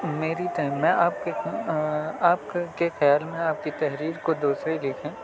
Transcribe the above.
میری میں آپ کے آپ کے کے خیال میں آپ کی تحریر کو دوسرے لکھیں